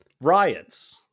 Riots